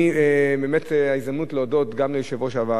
זו ההזדמנות להודות גם ליושב-ראש הוועדה,